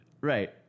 Right